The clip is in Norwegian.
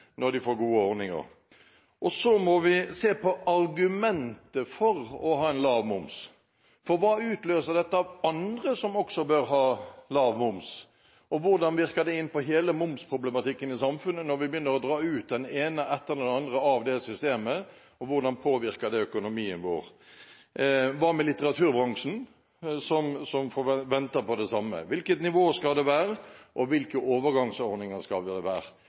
når de får gode ordninger. Så må vi se på argumentet for å ha en lav moms. Hva utløser dette av andre som også bør ha lav moms? Hvordan virker det inn på hele momsproblematikken i samfunnet når vi begynner å dra ut den ene etter den andre av det systemet? Hvordan påvirker det økonomien vår? Hva med litteraturbransjen, som venter på det samme? Hvilket nivå skal det være, og hvilke overgangsordninger skal